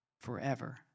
forever